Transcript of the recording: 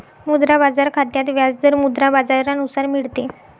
मुद्रा बाजार खात्यात व्याज दर मुद्रा बाजारानुसार मिळते